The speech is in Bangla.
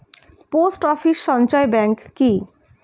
পোস্ট অফিস সঞ্চয় ব্যাংক কি?